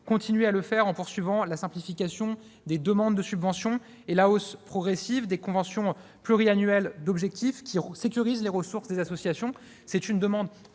continuer à le faire en poursuivant la simplification des demandes de subvention et la hausse progressive des conventions pluriannuelles d'objectifs qui sécurisent les ressources des associations.